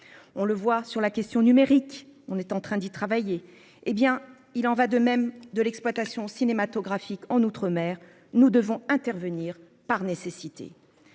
On le voit sur la question numérique. On est en train d'y travailler, hé bien il en va de même de l'exploitation cinématographique en outre-mer nous devons intervenir par nécessité.